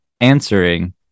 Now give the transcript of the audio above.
answering